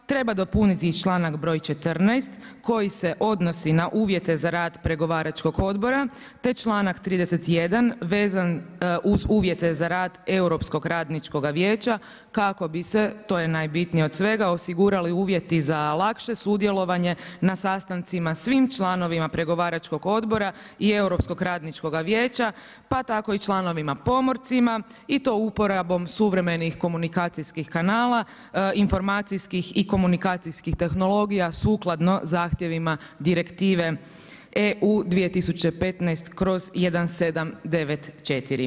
Treba dopuniti i članak broj 14. koji se odnosi na uvijete za rad pregovaračkog odbora, te članak 31. vezan uz uvjete za rad Europskog radničkoga vijeća kako bi se, to je najbitnije, od svega osigurali uvjeti za lakše sudjelovanje na sastancima svim članovima pregovaračkog odbora i europskog radničkoga vijeća, pa tako i članovima pomorcima i to uporabom suvremenih komunikacijsih kanala, informacijskih i komunikacijskih tehnologija sukladno zahtjevima Direktive EU 2015/1794.